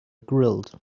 grilled